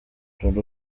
dore